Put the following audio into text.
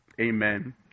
Amen